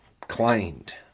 claimed